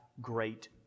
great